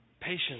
Patience